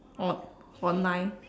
on~ online